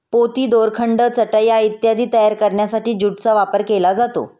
पोती, दोरखंड, चटया इत्यादी तयार करण्यासाठी ज्यूटचा वापर केला जातो